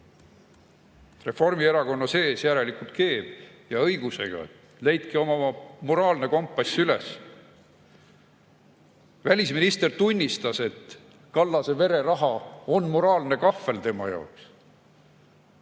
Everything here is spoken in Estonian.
Reformierakonna sees järelikult keeb, ja õigusega. Leidke oma moraalne kompass üles! Välisminister tunnistas, et Kallase vereraha on moraalne kahvel tema jaoks.